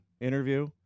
interview